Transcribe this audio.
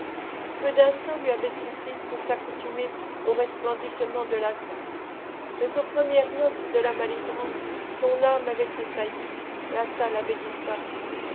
peu d'instants lui avaient suffi pour s'accoutumer au resplendissement de la salle mais aux premières notes de la malibran son âme avait tressailli la salle avait disparu